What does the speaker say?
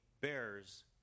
bears